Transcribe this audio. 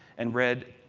and red,